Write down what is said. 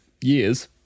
years